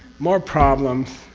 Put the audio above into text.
more problems,